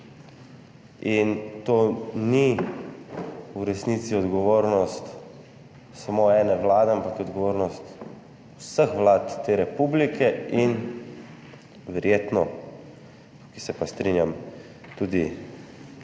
In to v resnici ni odgovornost samo ene vlade, ampak je odgovornost vseh vlad te republike, in verjetno, s tem se pa strinjam, tudi kakšnega